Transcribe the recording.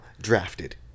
drafted